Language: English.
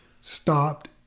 stopped